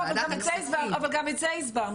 גם את זה הסברנו.